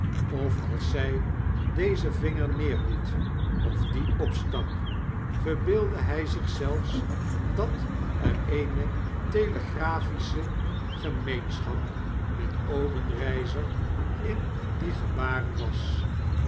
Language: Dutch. of als zij dezen vinger neerliet of dien opstak verbeeldde hij zich zelfs dat er eene telegraflsche gemeenschap met obenreizer in die gebaren was